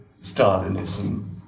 Stalinism